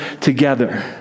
together